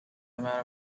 amount